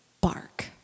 bark